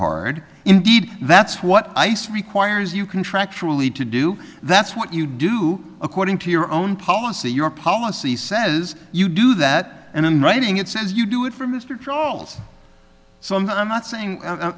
hard indeed that's what ice requires you contractually to do that's what you do according to your own policy your policy says you do that and in writing it says you do it for mr charles so i'm not i'm not saying